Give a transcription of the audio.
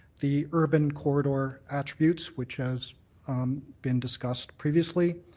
the urban corridor attributes, which has been discussed previously,